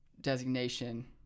designation